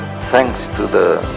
thanks to the